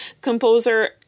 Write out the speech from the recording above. composer